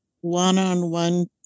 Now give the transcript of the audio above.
one-on-one